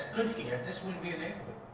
here, this wouldn't be and a